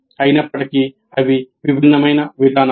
అయినప్పటికీ అవి విభిన్నమైన విధానాలు